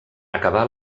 acabar